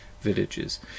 villages